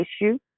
issue